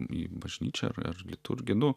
į bažnyčią ar ar liturgiją nu